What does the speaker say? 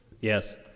Yes